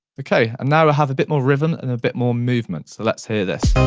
okay and now we'll have a bit more rhythm and a bit more movement, so let's hear this